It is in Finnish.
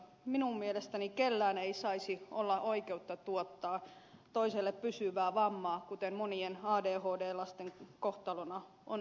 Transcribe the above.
minun mielestäni kellään ei saisi olla oikeutta tuottaa toiselle pysyvää vammaa kuten monien adhd lasten kohtalona on ollut